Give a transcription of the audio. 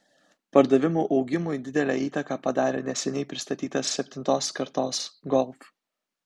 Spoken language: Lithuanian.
pardavimų augimui didelę įtaką padarė neseniai pristatytas septintos kartos golf